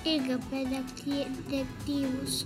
irgi apie dekty dektyvus